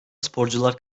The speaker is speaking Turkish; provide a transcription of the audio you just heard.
sporcular